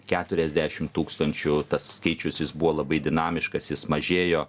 keturiasdešim tūkstančių tas skaičius jis buvo labai dinamiškas jis mažėjo